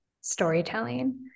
storytelling